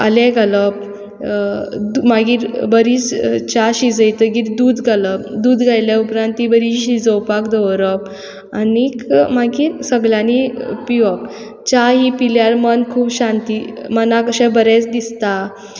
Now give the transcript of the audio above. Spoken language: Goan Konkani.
आलें घालप मागीर बरी च्या शिजयतकीर दूद घालप दूद घायल्या उपरांत ती बरी शिजोवपाक दवरप आनीक मागीर सगळ्यांनी पिवप च्या ही पिल्यार मन खूब शांती मनाक अशें बरें दिसता